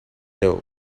doe